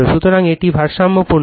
সুতরাং এটি ভারসাম্যপূর্ণ